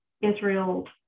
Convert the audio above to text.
Israel